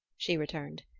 she returned,